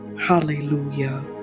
hallelujah